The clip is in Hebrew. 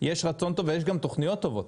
יש רצון טוב ויש גם תכניות טובות.